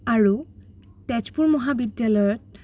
আৰু তেজপুৰ মহাবিদ্যালয়ত